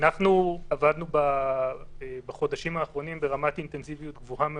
עבדנו בחודשים האחרונים ברמת אינטנסיביות גבוהה מאוד.